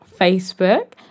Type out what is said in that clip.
Facebook